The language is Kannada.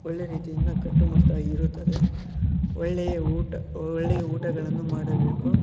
ಒಳ್ಳೆಯ ರೀತಿಯಿಂದ ಕಟ್ಟುಮಸ್ತಾಗಿ ಇರುತ್ತದೆ ಒಳ್ಳೆಯ ಊಟ ಒಳ್ಳೆಯ ಊಟಗಳನ್ನು ಮಾಡಬೇಕು